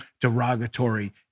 derogatory